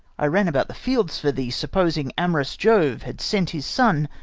i ran about the fields for thee, supposing amorous jove had sent his son,